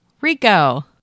Rico